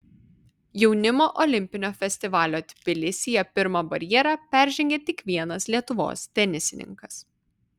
jaunimo olimpinio festivalio tbilisyje pirmą barjerą peržengė tik vienas lietuvos tenisininkas